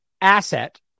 asset